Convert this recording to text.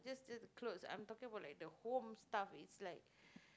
just just clothes I'm talking about like the home stuff it's like